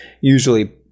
usually